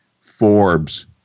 Forbes